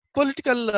Political